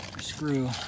screw